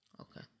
Okay